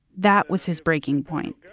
that was his breaking point.